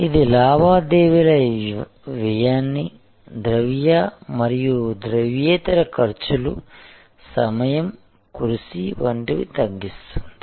ఇది లావాదేవీల వ్యయాన్ని ద్రవ్య మరియు ద్రవ్యేతర ఖర్చులు సమయం కృషి వంటివి తగ్గిస్తుంది